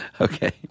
Okay